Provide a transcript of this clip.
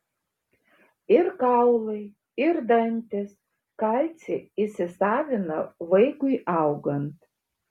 ir kaulai ir dantys kalcį įsisavina vaikui augant